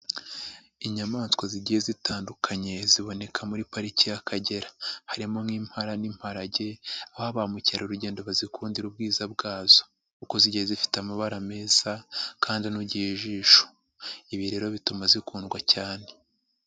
Inyamaswa zigiye zitandukanye ziboneka muri pariki y'Akagera, harimo nk'impara n'imparage aho ba mukerarugendo bazikundira ubwiza bwazo kuko zigiye zifite amabara meza kandi anogeye ijisho, ibi rero bituma zikundwa cyane.